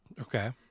Okay